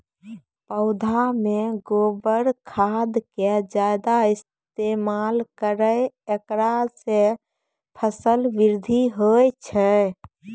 पौधा मे गोबर खाद के ज्यादा इस्तेमाल करौ ऐकरा से फसल बृद्धि होय छै?